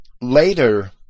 later